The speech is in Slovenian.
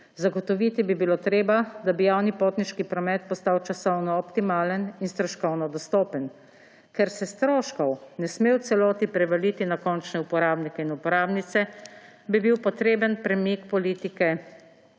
Zagotoviti bi bilo treba, da bi javni potniški promet postal časovno optimalen in stroškovno dostopen. Ker se stroškov ne sme v celoti prevaliti na končne uporabnike in uporabnice, bi bil potreben premik v politike